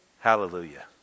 hallelujah